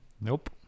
Nope